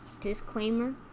Disclaimer